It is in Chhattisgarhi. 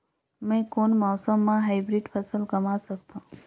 मै कोन मौसम म हाईब्रिड फसल कमा सकथव?